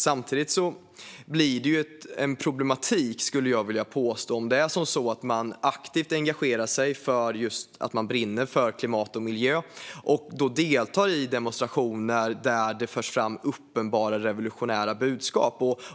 Samtidigt blir det problematiskt om man aktivt engagerar sig och brinner för klimat och miljö och deltar i demonstrationer där det framförs uppenbart revolutionära budskap.